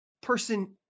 person